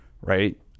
right